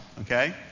Okay